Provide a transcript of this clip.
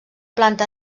planta